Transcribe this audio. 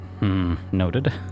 Noted